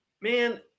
man